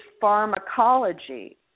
pharmacology